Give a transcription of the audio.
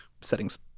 settings